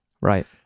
Right